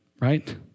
right